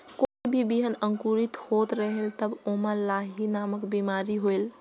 कोई भी बिहान अंकुरित होत रेहेल तब ओमा लाही नामक बिमारी होयल?